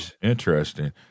Interesting